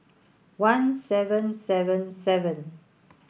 one seven seven seven